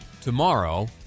tomorrow